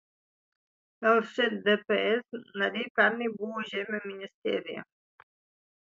lšdps nariai pernai buvo užėmę ministeriją